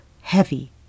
heavy